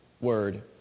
word